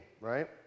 right